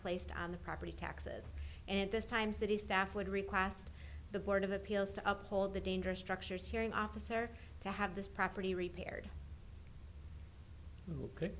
placed on the property taxes and this time city staff would request the board of appeals to up hold the dangerous structures hearing officer to have this property repaired could